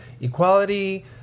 equality